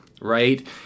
right